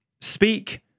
speak